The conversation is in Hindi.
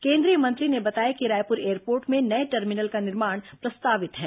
केंद्रीय मंत्री ने बताया कि रायपुर एयरपोर्ट में नये टर्मिनल का निर्माण प्रस्तावित है